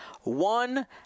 one